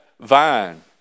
vine